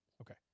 Okay